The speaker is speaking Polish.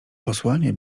posłanie